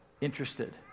interested